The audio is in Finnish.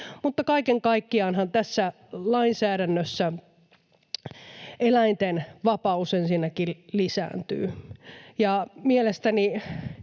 Kaiken kaikkiaanhan tässä lainsäädännössä eläinten vapaus ensinnäkin lisääntyy. Mennäkseni